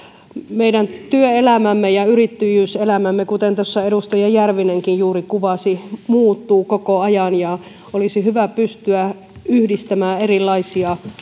meidän työelämämme ja yrittäjyyselämämme kuten tuossa edustaja järvinenkin juuri kuvasi muuttuu koko ajan ja olisi hyvä pystyä yhdistämään erilaisia